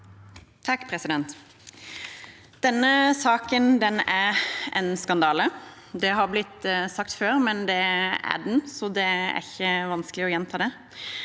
(V) Denne saken er en skandale. Det er blitt sagt før, men det er den, så det er ikke vanskelig å gjenta det.